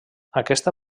aquesta